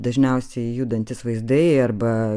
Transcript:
dažniausiai judantys vaizdai arba